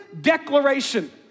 declaration